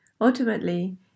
Ultimately